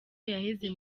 yaheze